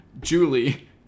Julie